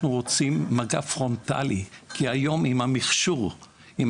אנחנו רוצים מגע פרונטלי כי היום עם המכשור ועם